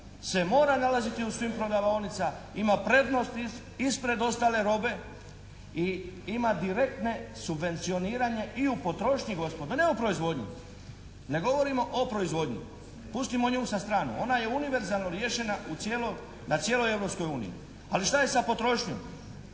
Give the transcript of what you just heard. se mora nalaziti u svim prodavaonicama, ima prednost ispred ostale robe i ima direktne subvencioniranje i u potrošnji, gospodo, ne u proizvodnji, ne govorimo o proizvodnji. Pustimo nju sa stranu. Ona je univerzalno riješena u cijeloj, na cijeloj Europskoj